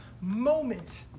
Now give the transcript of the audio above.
moment